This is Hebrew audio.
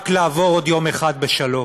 רק לעבור עוד יום אחד בשלום.